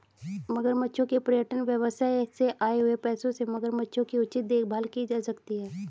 मगरमच्छों के पर्यटन व्यवसाय से आए हुए पैसों से मगरमच्छों की उचित देखभाल की जा सकती है